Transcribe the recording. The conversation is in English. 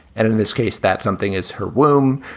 and in this case, that something is her womb,